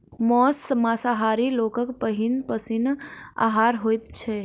मौस मांसाहारी लोकक पहिल पसीनक आहार होइत छै